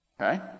Okay